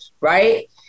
Right